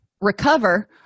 recover